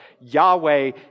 Yahweh